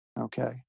Okay